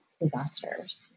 disasters